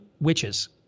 witches